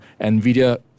NVIDIA